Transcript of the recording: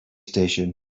station